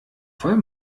voll